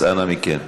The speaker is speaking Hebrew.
אז אנא מכם.